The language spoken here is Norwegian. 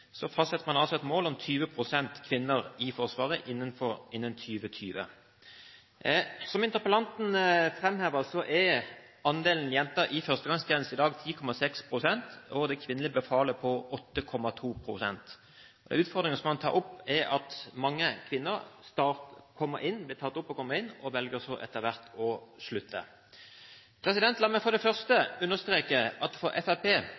fastsetter man altså et mål om 20 pst. kvinner i Forsvaret innen 2020. Som interpellanten framhever, er andelen jenter i førstegangstjeneste i dag 10,6 pst. og det kvinnelige befalet på 8,2 pst. Utfordringen man tar opp, er at mange kvinner blir tatt opp og kommer inn, men velger etter hvert å slutte. La meg for det første understreke at for